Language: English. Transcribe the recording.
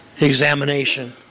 examination